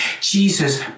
Jesus